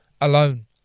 alone